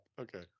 okay